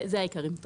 זה העיקרים.